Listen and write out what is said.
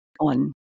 on